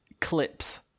clips